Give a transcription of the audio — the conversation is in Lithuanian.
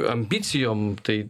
ambicijom tai